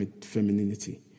femininity